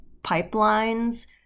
pipelines